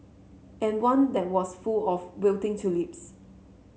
and one that was full of wilting tulips